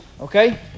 okay